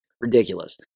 Ridiculous